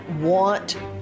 want